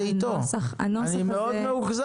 אבל אין פה יישום החוק הלכה למעשה.